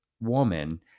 woman